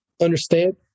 understand